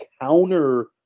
counter